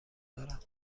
دارم